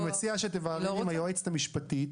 אני מציע שתבררי עם היועצת המשפטית.